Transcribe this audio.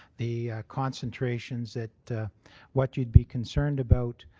the concentrations that what you'd be concerned about